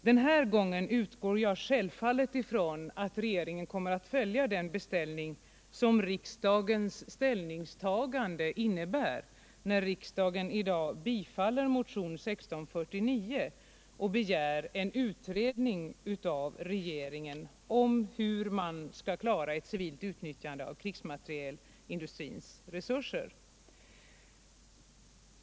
Denna gång utgår jag självfallet från att regeringen kommer att följa den beställning som riksdagens ställningstagande innebär, när riksdagen i dag bifaller motionen 1649 och begär en utredning av regeringen om hur man skall klara ett civilt utnyttjande av krigsmaterielindustrins resurser.